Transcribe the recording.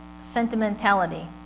sentimentality